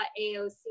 AOC